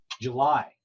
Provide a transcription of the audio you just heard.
July